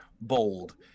bold